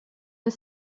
det